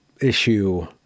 issue